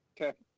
okay